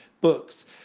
books